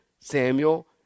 Samuel